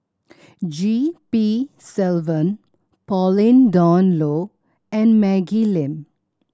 G P Selvam Pauline Dawn Loh and Maggie Lim